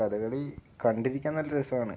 കഥകളി കണ്ടിരിക്കാന് നല്ല രസമാണ്